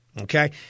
Okay